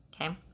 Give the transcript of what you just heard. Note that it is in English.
Okay